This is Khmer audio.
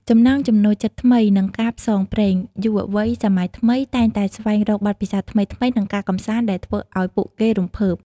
ចំណង់ចំណូលចិត្តថ្មី និងការផ្សងព្រេង យុវវ័យសម័យថ្មីតែងតែស្វែងរកបទពិសោធន៍ថ្មីៗ និងការកម្សាន្តដែលធ្វើឱ្យពួកគេរំភើប។